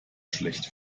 schlecht